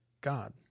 God